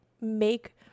make